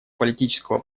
политического